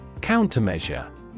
Countermeasure